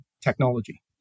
technology